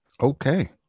okay